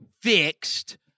fixed